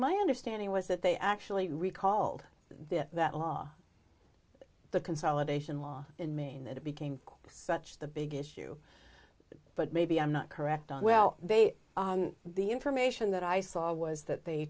my understanding was that they actually recalled this that law the consolidation law in maine that it became such the big issue but maybe i'm not correct on well they the information that i saw was that they